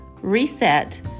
reset